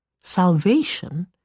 salvation